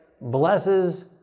blesses